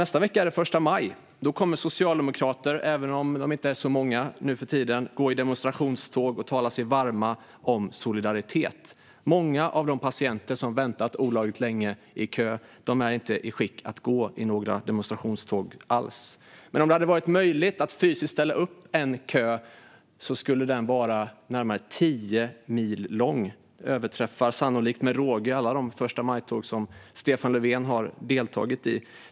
Nästa vecka är det den 1 maj. Då kommer socialdemokrater, även om de inte är så många nu för tiden, att gå i demonstrationståg och tala sig varma om solidaritet. Många av de patienter som väntat olagligt länge i kö är inte i skick att gå i några demonstrationståg alls. Men om det hade varit möjligt att fysiskt ställa upp en kö skulle den ha varit närmare tio mil lång och sannolikt med råge överträffat alla de förstamajtåg som Stefan Löfven deltagit i.